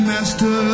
Master